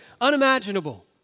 unimaginable